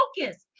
focus